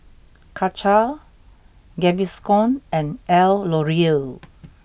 Karcher Gaviscon and L'Oreal